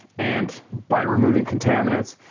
and by removing contaminants,